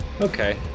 okay